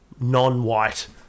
non-white